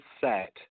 set